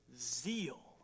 zeal